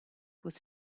was